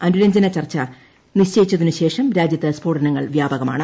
അനു രഞ്ജന ചർച്ച നിശ്ചയിച്ചതിനുശേഷം രാജ്യത്ത് സ്ഫോടനങ്ങൾ വ്യാപകമാണ്